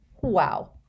Wow